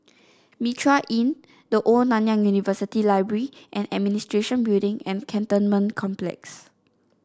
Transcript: Mitraa Inn The Old Nanyang University Library and Administration Building and Cantonment Complex